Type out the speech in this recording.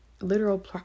literal